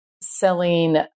selling